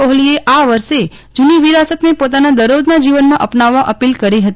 કોહલીએ આ વર્ષો જ્ની વિરાસતને પોતાના દરરોજના જીવનમાં અપનાવવા અપીલ કરી હતી